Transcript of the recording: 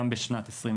גם בשנת 2020,